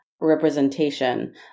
representation